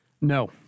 No